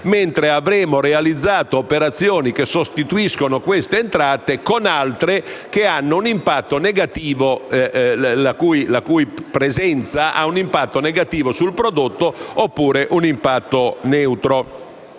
mentre avremo realizzato operazioni che sostituiscono queste entrate con altre, la cui presenza ha un impatto negativo sul prodotto, oppure un impatto neutro.